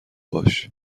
باش